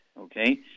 okay